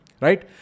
right